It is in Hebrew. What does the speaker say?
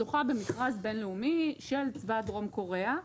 זוכה במכרז בינלאומי של צבא דרום קוריאה,